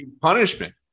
Punishment